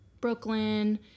Brooklyn